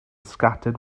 scattered